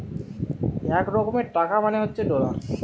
এক রকমের টাকা মানে হচ্ছে ডলার